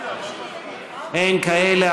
אין כאלה.